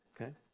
Okay